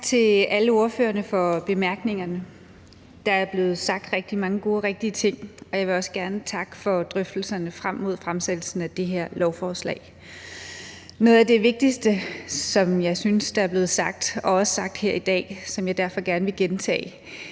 Tak til alle ordførerne for bemærkningerne. Der er blevet sagt rigtig mange gode og rigtige ting, og jeg vil også gerne takke for drøftelserne frem mod fremsættelsen af det her lovforslag. Noget af det vigtigste, som jeg synes er blevet sagt – og også her i dag – og som jeg derfor gerne vil gentage,